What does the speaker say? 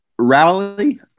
rally